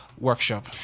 Workshop